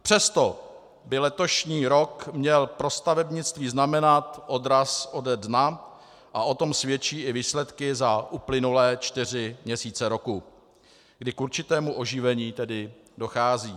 Přesto by letošní rok měl pro stavebnictví znamenat odraz ode dna a o tom svědčí i výsledky za uplynulé čtyři měsíce roku, kdy k určitému oživení dochází.